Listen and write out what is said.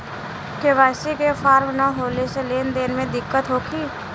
KYC के form न होले से लेन देन में दिक्कत होखी?